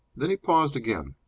then he paused again.